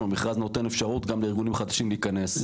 המכרז נותן אפשרות גם לארגונים חדשים להיכנס.